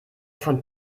von